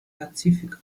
pazifik